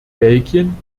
belgien